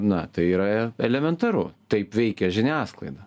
na tai yra e elementaru taip veikia žiniasklaida